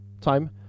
time